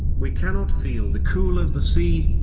we cannot feel the cool of the sea,